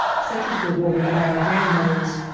such as were woven by our grandmothers.